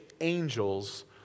angels